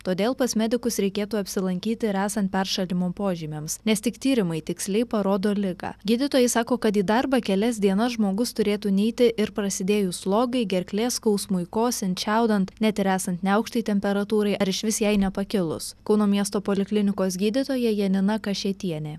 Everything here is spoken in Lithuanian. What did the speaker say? todėl pas medikus reikėtų apsilankyti ir esant peršalimo požymiams nes tik tyrimai tiksliai parodo ligą gydytojai sako kad į darbą kelias dienas žmogus turėtų neiti ir prasidėjus slogai gerklės skausmui kosint čiaudant net ir esant neaukštai temperatūrai ar išvis jai nepakilus kauno miesto poliklinikos gydytoja janina kašėtienė